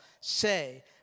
say